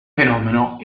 fenomeno